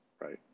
right